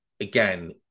Again